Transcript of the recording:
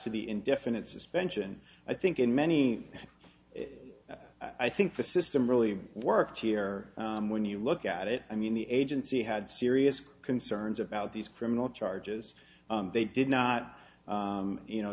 to the indefinite suspension i think in many i think the system really worked here when you look at it i mean the agency had serious concerns about these criminal charges they did not you know